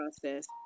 process